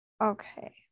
okay